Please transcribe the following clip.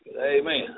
Amen